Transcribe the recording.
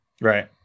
Right